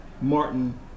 Martin